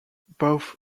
both